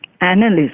analyst